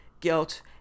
guilt